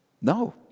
No